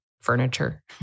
furniture